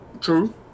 True